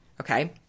okay